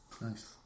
Nice